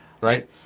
right